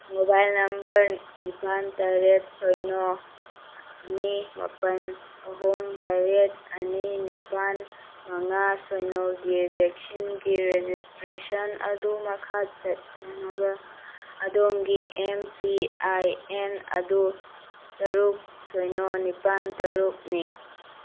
mobile number ꯅꯤꯄꯥꯜ ꯇꯔꯦꯠ ꯁꯤꯅꯣ ꯑꯅꯤ ꯃꯥꯄꯜ ꯑꯍꯨꯝ ꯇꯔꯦꯠ ꯑꯅꯤ ꯅꯤꯄꯥꯜ ꯃꯉꯥ ꯁꯤꯅꯣꯒꯤ ꯚꯦꯛꯁꯤꯟꯒꯤ ꯔꯦꯖꯤꯁꯇ꯭ꯔꯦꯁꯟ ꯑꯗꯨ ꯃꯈꯥ ꯆꯠꯊꯅꯕ ꯑꯗꯣꯝꯒꯤ ꯑꯦꯝ ꯄꯤ ꯑꯥꯏ ꯑꯦꯟ ꯑꯗꯨ ꯇꯔꯨꯛ ꯁꯤꯅꯣ ꯅꯤꯄꯥꯜ ꯇꯔꯨꯛꯅꯤ